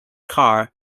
car